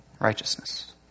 righteousness